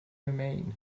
remain